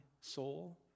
soul